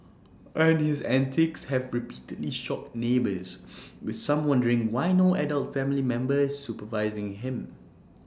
and his antics have repeatedly shocked neighbours with some wondering why no adult family member supervising him